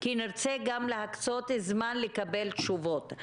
כי נרצה להקצות זמן לקבל תשובות,